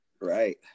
Right